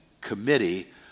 committee